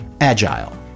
agile